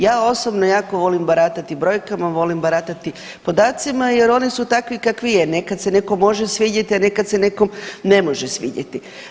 Ja osobno jako volim baratati brojkama, volim baratati podacima jer oni su takvi kakvi je, nekad se nekom može svidjet, a nekad se nekom ne može svidjeti.